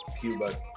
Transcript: Cuba